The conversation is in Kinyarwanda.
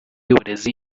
y’uburezi